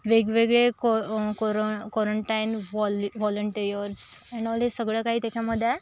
वेगवेगळे को कोरो क्वारंटाईन व्हॉले व्हॉलेंटेअर्स अँड ऑल धिस सगळं काही त्याच्यामध्ये आहे